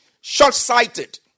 short-sighted